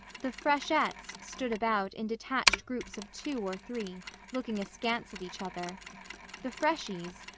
the freshettes stood about in detached groups of two or three, looking askance at each other the freshies,